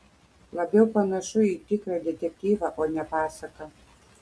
labiau panašu į tikrą detektyvą o ne pasaką